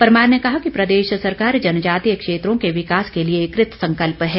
परमार ने कहा कि प्रदेश सरकार जनजातीय क्षेत्रों के विकास के लिए कृतसंकल्प है